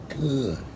good